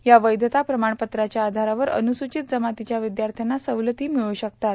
या वैधता प्रमाणपत्राच्या आधारावर अन्नुसूचित जमातीच्या विद्यार्थ्याना सवलती मिळू शकतात